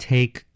Take